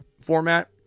format